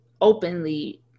openly